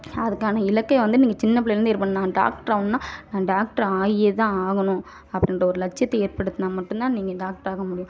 அதுக்கான இலக்கை வந்து நீங்கள் சின்ன பிள்ளைலிருந்தே ஏற்படுத்தணும் நான் டாக்டர் ஆகணும்னா நான் டாக்டர் ஆகியே தான் ஆவணும் அப்படின்ற ஒரு லட்சியத்தை ஏற்படுத்துனால் மட்டும் தான் நீங்கள் டாக்டர் ஆக முடியும்